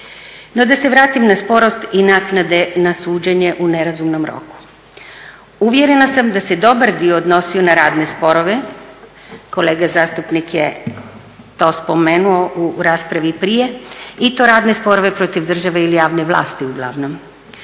No, da se vratim na sporost i naknade na suđenje u nerazumnom roku. Uvjerena sam da se dobar dio odnosio na radne sporove. Kolega zastupnik je to spomenuo u raspravi i prije i to radne sporove protiv države ili javne vlasti uglavnom.